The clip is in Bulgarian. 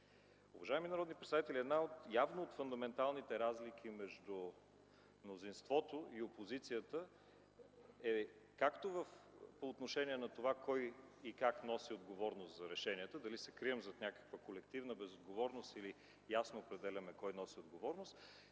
Уважаеми народни представители, една от явно фундаменталните разлики между мнозинството и опозицията е както по отношение на това кой и как носи отговорност за решенията – дали се крием зад някаква колективна безотговорност или ясно определяме кой носи отговорност,